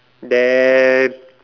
then